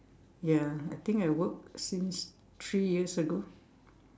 ya I think I work since three years ago